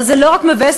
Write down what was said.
אבל זה לא רק מבאס,